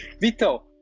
Vito